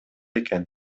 экен